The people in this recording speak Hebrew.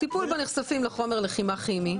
הטיפול בנחשפים לחומש לחימה כימי.